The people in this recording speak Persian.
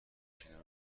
بشنوید